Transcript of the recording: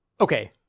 okay